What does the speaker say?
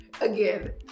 again